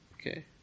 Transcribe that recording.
Okay